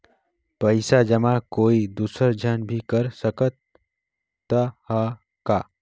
पइसा जमा कोई दुसर झन भी कर सकत त ह का?